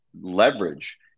leverage